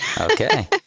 Okay